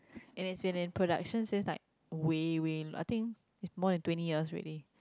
it's been in production since like way way I think it's more than twenty years already